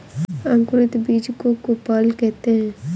अंकुरित बीज को कोपल कहते हैं